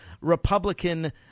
Republican